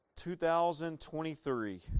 2023